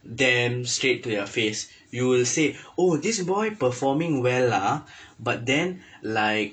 them straight to their face you will say oh this boy performing well ah but then like